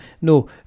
No